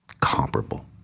comparable